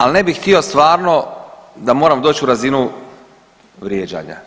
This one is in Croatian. Ali, ne bih htio, stvarno da moram doći u razinu vrijeđanja.